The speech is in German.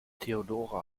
theodora